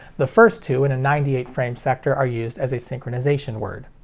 the first two in a ninety eight frame sector are used as a synchronization word.